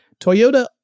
Toyota